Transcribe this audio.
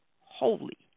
holy